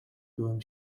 byłem